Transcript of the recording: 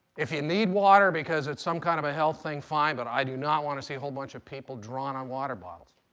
if you need water because it's some kind of a health thing, fine. but i do not want to see a whole bunch of people drawing on water bottles.